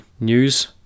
news